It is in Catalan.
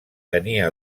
tenia